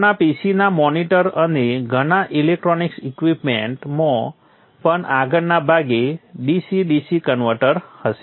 આપણા PC ના monitor અને ઘણા ઇલેક્ટ્રોનિક ઇક્વિપમેન્ટ માં પણ આગળના ભાગે DC DC કન્વર્ટર હશે